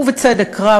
ובצדק רב.